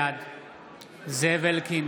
בעד זאב אלקין,